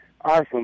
Awesome